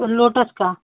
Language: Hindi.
वो लोटस का